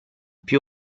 più